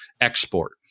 export